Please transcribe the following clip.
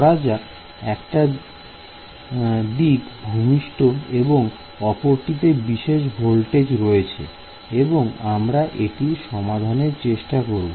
ধরা যাক একটা দিন ভূমিষ্ঠ এবং অপরটি একটি বিশেষ ভোল্টেজের রয়েছে এবং আমরা এটির সমাধানের চেষ্টা করব